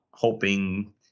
Hoping